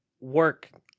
work